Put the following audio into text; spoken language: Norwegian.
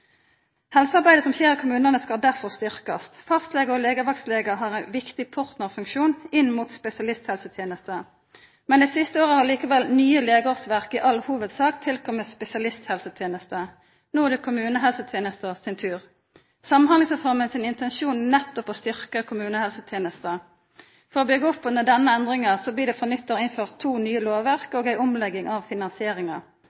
Helsearbeidet som skjer i kommunane, skal derfor styrkjast. Fastlegar og legevaktlegar har ein viktig portnarfunksjon inn mot spesialisthelsetenesta. Dei siste åra har likevel nye legeårsverk i all hovudsak tilkome spesialisthelsetenesta. No er det kommunehelsetenesta sin tur. Samhandlingsreforma sin intensjon er nettopp å styrkja kommunehelsetenesta. For å byggja opp under denne endringa blir det frå nyttår innførte to nye lovverk